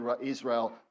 Israel